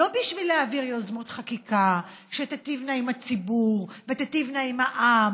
ולא בשביל להעביר יוזמות חקיקה שתיטבנה עם הציבור ותיטבנה עם העם